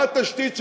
מה התשתית שלהם,